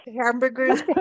hamburgers